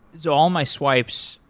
so all my swipes,